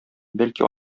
бәлки